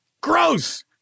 Gross